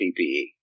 PPE